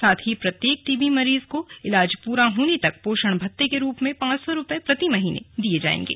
साथ ही प्रत्येक टीबी मरीज को इलाज पूरा होने तक पोषण भत्ते के रूप में पांच सौ रुपये हर महीने दिये जाएंगे